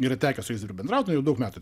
yra tekę su jais bendrauti na jau daug metų